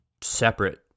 separate